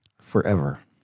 forever